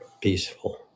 peaceful